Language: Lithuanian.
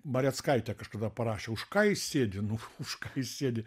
mareckaitė kažkada parašė už ką jis sėdi nu už ką jis sėdi